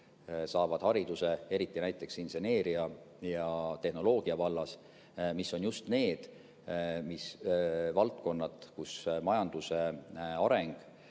saavad hariduse, eriti näiteks inseneeria ja tehnoloogia vallas, mis on just need valdkonnad, kus majanduse areng